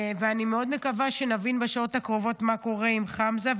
ואני מאוד מקווה שנבין בשעות הקרובות מה קורה עם חמזה.